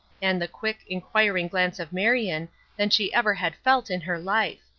and the quick, inquiring glance of marion than she ever had felt in her life.